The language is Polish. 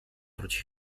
wróci